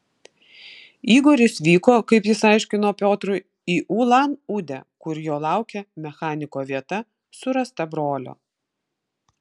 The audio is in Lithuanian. igoris vyko kaip jis aiškino piotrui į ulan udę kur jo laukė mechaniko vieta surasta brolio